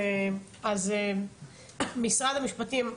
משרד המשפטים,